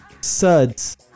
suds